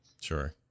sure